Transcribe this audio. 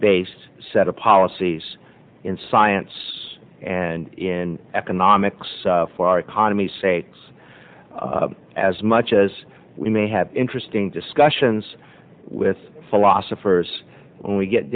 based set of policies in science and in economics for our economy sakes as much as we may have interesting discussions with philosophers when we get